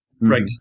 Right